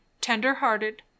tender-hearted